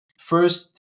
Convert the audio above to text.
First